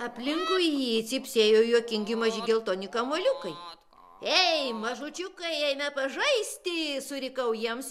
aplinkui jį cypsėjo juokingi maži geltoni kamuoliukai ei mažučiukai eime pažaisti surikau jiems